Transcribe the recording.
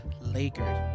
Lakers